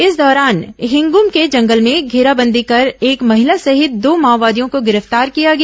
इस दौरान हिंगुम के जंगल में घेराबंदी कर एक महिला सहित दो माओवादियों को गिरफ्तार किया गया